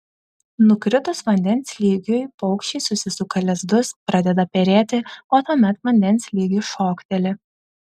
nukritus vandens lygiui paukščiai susisuka lizdus pradeda perėti o tuomet vandens lygis šokteli